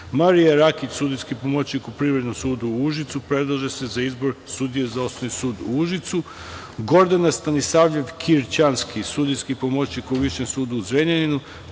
Marija Rakić, sudijski pomoćnik u Privrednom sudu u Užicu, predlaže se za izbor sudije za Osnovni sud u Užicu, Gordana Stanisavljev Kirćanski, sudijski pomoćnik u Višem sudu u Zrenjaninu,